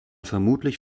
vermutlich